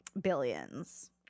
billions